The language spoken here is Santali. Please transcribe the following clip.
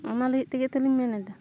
ᱚᱱᱟ ᱞᱟᱹᱜᱤᱫ ᱛᱮᱜᱮ ᱛᱚᱞᱤᱧ ᱢᱮᱱᱮᱫᱟ